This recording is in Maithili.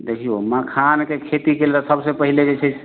देखियौ मखानके खेतीके लऽ सबसे पहिले जे छै